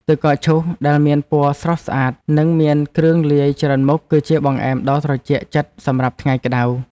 ទឹកកកឈូសដែលមានពណ៌ស្រស់ស្អាតនិងមានគ្រឿងលាយច្រើនមុខគឺជាបង្អែមដ៏ត្រជាក់ចិត្តសម្រាប់ថ្ងៃក្តៅ។